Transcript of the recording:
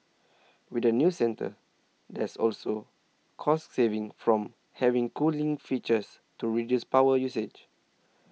with the new centre there's also cost savings from having cooling features to reduce power usage